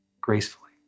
gracefully